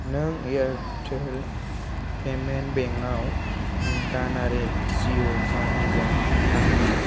नों Airtel payment bank आव दानारि जिअ' मानिजों आंनि